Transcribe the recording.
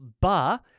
ba